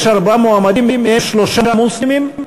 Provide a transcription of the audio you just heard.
יש ארבעה מועמדים, מהם שלושה מוסלמים.